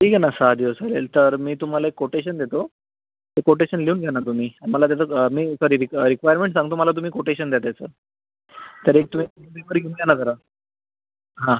ठीक आहे ना सहा दिवस चालेल तर मी तुम्हाला एक कोटेशन देतो ते कोटेशन लिहून घ्या ना तुम्ही आणि मला त्याचं मी रिक्वायर रिक्वायरमेंट सांगतो मला तुम्ही कोटेशन द्या त्याचं तरी तुम्ही इन्क्वायरी घेऊन द्या ना जरा हां